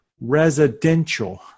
residential